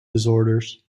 disorders